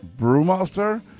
brewmaster